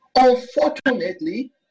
Unfortunately